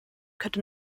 könnte